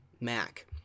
Mac